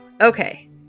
okay